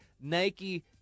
nike